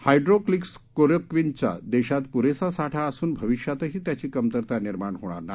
हायड्रोक्झीक्लोरोक्विनचा देशात पुरेसा साठा असून भविष्यातही त्याची कमतरता निर्माण होणार नाही